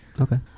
okay